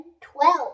twelve